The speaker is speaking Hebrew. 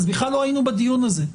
אז בכלל לא היינו בדיון הזה.